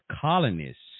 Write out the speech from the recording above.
colonists